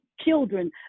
Children